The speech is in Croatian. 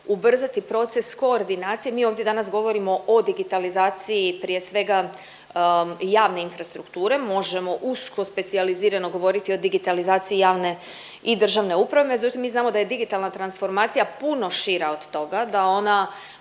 ubrzati proces koordinacije. Mi ovdje danas govorimo o digitalizaciji prije svega javne infrastrukture, možemo usko specijalizirano govoriti o digitalizaciji javne i državne uprave, međutim mi znamo da je digitalna transformacija puno šira od toga, da ona